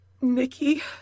Nikki